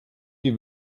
die